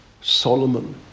Solomon